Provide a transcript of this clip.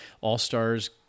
All-stars